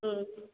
ꯎꯝ